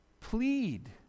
plead